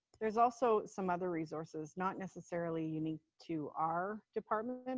there's also some other resources not necessarily unique to our department, and